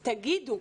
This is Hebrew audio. תגידו.